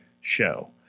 show